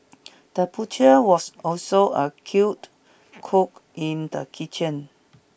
the butcher was also a killed cook in the kitchen